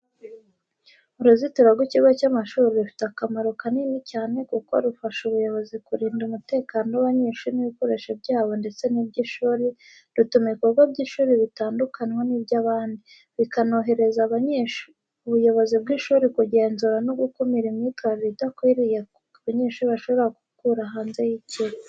Uruzitiro rw’ikigo cy’amashuri rufite akamaro kanini cyane kuko rufasha ubuyobozi kurinda umutekano w’abanyeshuri n’ibikoresho byabo ndetse n’iby’ishuri, rutuma ibikorwa by’ishuri bitandukanwa n’iby’abandi, bikanorohereza ubuyobozi bw'ishuri kugenzura no gukumira imyitwarire idakwiriye abanyeshuri bashobora gukura hanze y’ikigo.